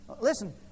Listen